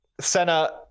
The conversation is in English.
Senna